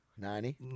Ninety